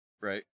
Right